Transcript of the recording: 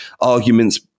arguments